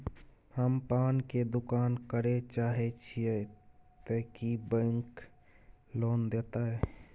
हम पान के दुकान करे चाहे छिये ते की बैंक लोन देतै?